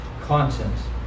conscience